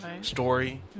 story